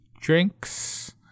drinks